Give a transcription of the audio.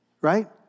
right